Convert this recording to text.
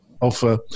offer